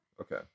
Okay